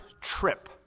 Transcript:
trip